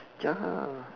ya